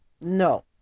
No